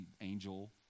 angel